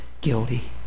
guilty